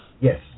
Yes